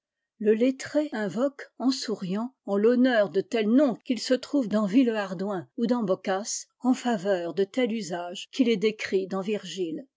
tel nom qu'il en souriant en l'honneur de tel nom qu il se trouve dans villehardouin ou dans boccace i en faveur de tel usage qu'il est décrit dans virgile